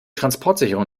transportsicherung